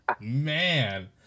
Man